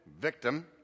Victim